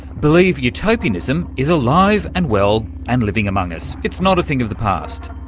believe utopianism is alive and well and living among us. it's not a thing of the past.